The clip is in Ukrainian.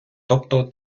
тобто